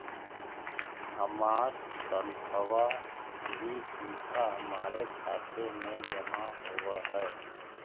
हमार तनख्वा भी सीधा हमारे खाते में जमा होवअ हई